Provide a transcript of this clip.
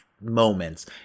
moments